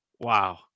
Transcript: Wow